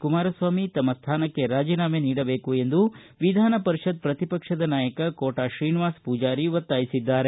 ಕುಮಾರಸ್ವಾಮಿ ತಮ್ಮ ಸ್ಥಾನಕ್ಕೆ ರಾಜಿನಾಮೆ ನೀಡಬೇಕು ಎಂದು ವಿಧಾನ ಪರಿಷತ್ತಿನ ಪ್ರತಿ ಪಕ್ಷದ ನಾಯಕ ಕೋಟಾ ಶ್ರೀನಿವಾಸ ಪೂಜಾರಿ ಒತ್ತಾಯಿಸಿದ್ದಾರೆ